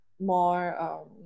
more